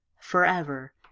Forever